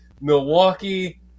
Milwaukee